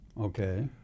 Okay